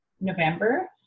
November